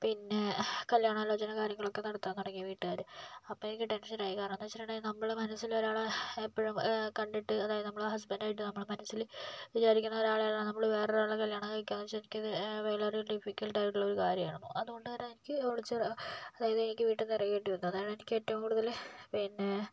പിന്നെ കല്യാണ ആലോചന കാര്യങ്ങൾ ഒക്കെ നടത്താൻ തുടങ്ങി വീട്ടുകാർ അപ്പോൾ എനിക്ക് ടെൻഷനായി കാരണമെന്ന് വെച്ചിട്ടുണ്ടെങ്കിൽ നമ്മൾ മനസ്സിൽ ഒരാളെ എപ്പോഴും കണ്ടിട്ട് അതായത് നമ്മുടെ ഹസ്ബൻഡ് ആയിട്ട് നമ്മൾ മനസ്സിൽ വിചാരിക്കുന്ന ഒരാളെയാണ് വേറൊരാളെ കല്യാണം കഴിക്കാൻ എന്നു പറഞ്ഞാൽ ഭയങ്കര ഡിഫിക്കൽട്ട് ആയിട്ടുള്ള കാര്യമായിരുന്നു അതുകൊണ്ട് തന്നെ എനിക്ക് ഒളിച്ചോടാ അതായത് എനിക്ക് വീട്ടിൽ നിന്ന് ഇറങ്ങേണ്ടി വന്നു അതാണ് എനിക്ക് ഏറ്റവും കൂടുതൽ പിന്നെ